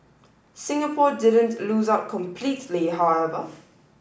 Singapore didn't lose out completely however